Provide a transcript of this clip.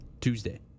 Tuesday